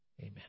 Amen